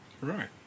Right